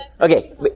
Okay